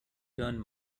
turn